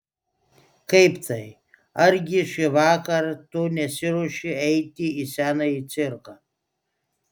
kaip tai argi šįvakar tu nesiruoši eiti į senąjį cirką